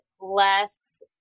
less